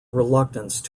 reluctance